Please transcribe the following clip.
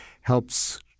helps